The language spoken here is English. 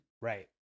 Right